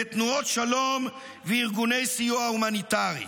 לתנועות שלום וארגוני סיוע הומניטרי.